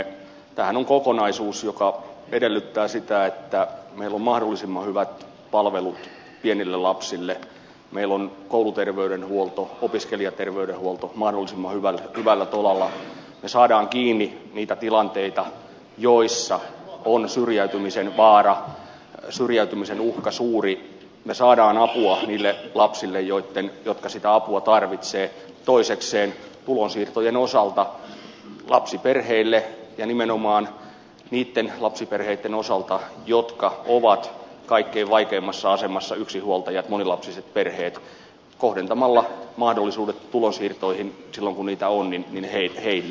tämähän on kokonaisuus joka edellyttää sitä että meillä on mahdollisimman hyvät palvelut pienille lapsille meillä on kouluterveydenhuolto opiskelijaterveydenhuolto mahdollisimman hyvällä tolalla me saamme kiinni niitä tilanteita joissa on syrjäytymisen vaara syrjäytymisen uhka suuri me saamme apua niille lapsille jotka sitä apua tarvitsevat toisekseen tulonsiirtojen osalta lapsiperheille ja nimenomaan niitten lapsiperheitten osalta jotka ovat kaikkein vaikeimmassa asemassa yksinhuoltajat monilapsiset perheet kohdentamalla mahdollisuudet tulonsiirtoihin silloin kun niitä on heille